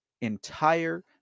entire